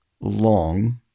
long